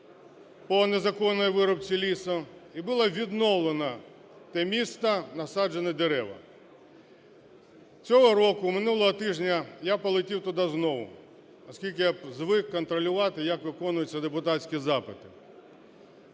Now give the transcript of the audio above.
по незаконній вирубці лісу і було відновлено те місце, насаджені дерева. Цього року минулого тижня я полетів туди знову, оскільки я звик контролювати, як виконуються депутатські запити.